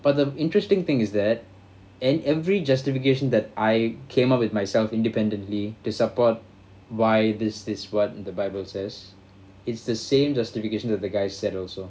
but the interesting thing is that and every justification that I came up with myself independently to support why this is what the bible says it's the same justification that the guy said also